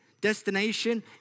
destination